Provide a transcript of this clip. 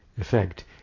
effect